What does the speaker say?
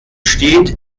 steht